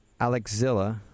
Alexzilla